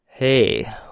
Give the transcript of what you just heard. Hey